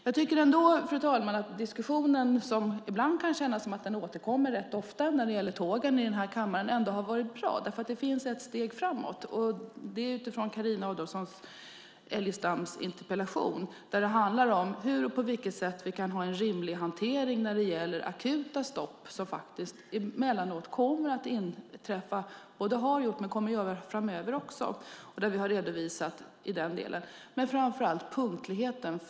Jag tycker, fru talman, att diskussionen om tågen, som ibland kan kännas som den återkommer rätt ofta i den här kammaren, ändå har varit bra. Det finns ett steg framåt utifrån Carina Adolfsson Elgestams interpellation. Det handlar om på vilket sätt vi kan ha en rimlig hantering när det gäller akuta stopp, som emellanåt kommer att inträffa. Det har hänt och det kommer att hända också framöver. Vi har redovisat denna del. Men det gäller framför allt punktligheten.